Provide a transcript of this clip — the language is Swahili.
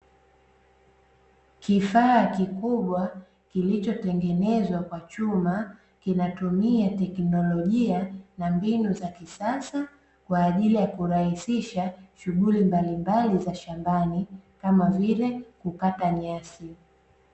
Kifaa kikubwa kilichotengenezwa kwa chuma, kinatumia teknolojia na mbinu za kisasa kwa ajili ya kurahisisha shughuli mbalimbali za shambani kama vile kukata nyasi.